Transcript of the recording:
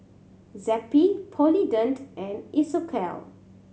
Zappy Polident and Isocal